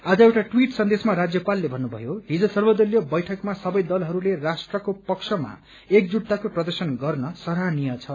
आज एउटा ट्वीट सन्देशमा राज्यपालले भन्नुभयो हिज सर्वदलीय बैठकमा सबै दलहरूले राष्ट्रको पक्षमा एकजूटताको प्रदर्शन गर्न सराहनीय छ